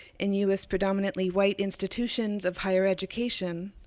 in u s. predominantly white institutions of higher education,